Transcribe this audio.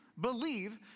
believe